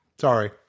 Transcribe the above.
Sorry